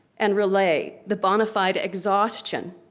and relay, the bonafide exhaustion,